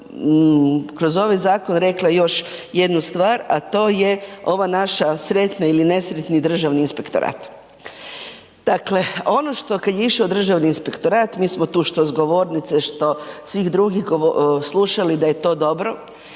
kroz ovaj zakon rekla još jednu stvar, a to je ova naša sretna ili nesretni Državni inspektorat. Dakle, ono što kad je išo Državni inspektorat mi smo tu što s govornice, što svih drugih slušali da je to dobro.